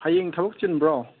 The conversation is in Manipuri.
ꯍꯌꯦꯡ ꯊꯕꯛ ꯆꯤꯟꯕ꯭ꯔꯣ